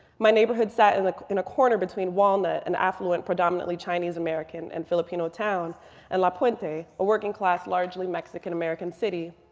my neighborhood sat and like in a corner between walnut, an affluent, predominantly chinese american and filipino town and la puente, a a working class, largely mexican american city.